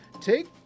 Take